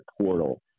portal